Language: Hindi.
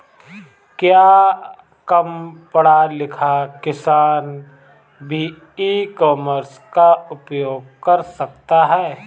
क्या कम पढ़ा लिखा किसान भी ई कॉमर्स का उपयोग कर सकता है?